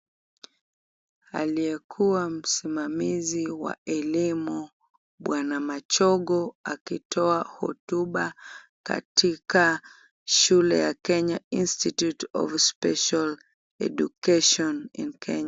Aliyekuwa msimamizi wa elimu bwana Machogu akitoa hotuba katika shule ya Kenya Institute of Special Education in Kenya.